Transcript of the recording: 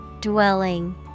Dwelling